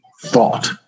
thought